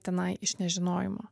tenai iš nežinojimo